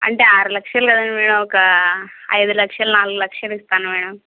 అంటే ఆరు లక్షలు మేడం ఒక ఐదు లక్షలు నాలుగు లక్షలు ఇస్తాను మేడం